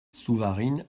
souvarine